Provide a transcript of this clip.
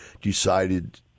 decided